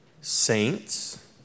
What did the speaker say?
saints